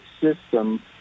system